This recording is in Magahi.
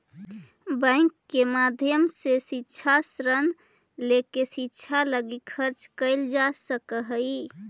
बैंक के माध्यम से शिक्षा ऋण लेके शिक्षा लगी खर्च कैल जा सकऽ हई